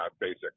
basic